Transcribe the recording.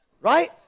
right